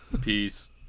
Peace